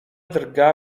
drga